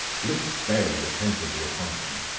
looked very attentively upon him,